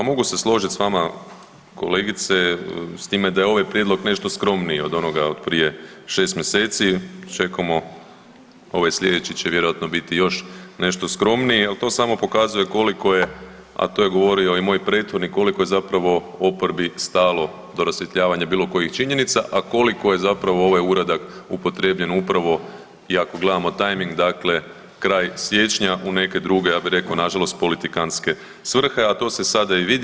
Pa mogu se složit s vama kolegice, s time da je ovaj prijedlog nešto skromniji od onoga od prije 6 mjeseci, čekamo, ovaj slijedeći će vjerojatno biti još nešto skromniji, al to samo pokazuje koliko je, a to je govorio i moj prethodnik, koliko je zapravo oporbi stalo do rasvjetljavanja bilo kojih činjenica, a koliko je zapravo ovaj uradak upotrjebljen upravo i ako gledamo tajming dakle kraj siječnja u neke druge, ja bi reko nažalost, politikanske svrhe, a to se sada i vidi.